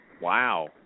Wow